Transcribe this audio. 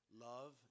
love